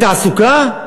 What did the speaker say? בתעסוקה?